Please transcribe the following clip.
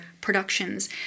productions